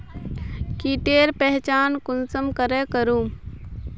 कीटेर पहचान कुंसम करे करूम?